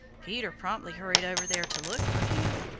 peter promptly hurried over there to look for him.